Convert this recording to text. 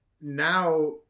now